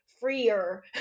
freer